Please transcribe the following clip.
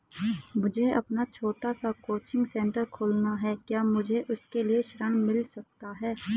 मुझे अपना छोटा सा कोचिंग सेंटर खोलना है क्या मुझे उसके लिए ऋण मिल सकता है?